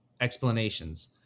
explanations